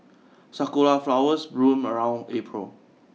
sakura flowers bloom around April